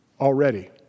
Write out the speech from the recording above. already